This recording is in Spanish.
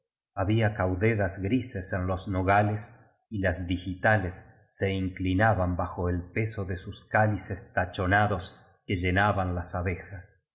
había caudedas grises en los nogales y las digitales se inclinaban bajo el peso de sus cálices tachona dos que llenaban las abejas